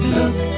Look